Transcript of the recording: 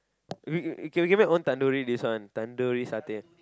we we can get back our own tandoori this one tandoori satay